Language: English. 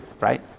right